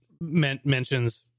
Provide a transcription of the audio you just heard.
mentions